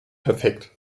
perfekt